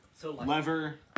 Lever